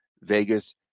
Vegas